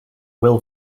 will